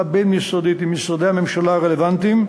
בין-משרדית עם משרדי הממשלה הרלוונטיים,